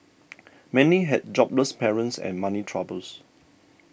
many had jobless parents and money troubles